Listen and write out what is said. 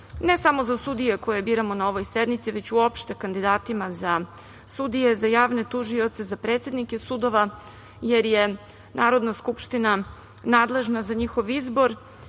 ne samo za sudije koje biramo na ovoj sednici, već uopšte kandidatima za sudije, za javne tužioce, za predsednike sudova, jer je Narodna skupština nadležna za njihov izbor